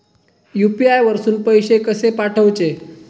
UPI वरसून पैसे कसे पाठवचे?